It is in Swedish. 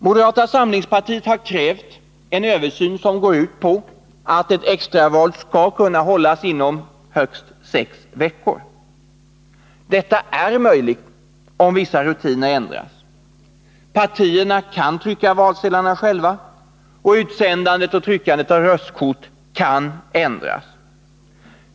Moderata samlingspartiet har krävt en översyn som går ut på att extra val skall kunna hållas inom sex veckor. Detta är möjligt, om vissa rutiner ändras. Partierna kan trycka valsedlarna själva, och tryckandet och utsändandet av röstkort kan ändras.